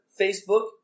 Facebook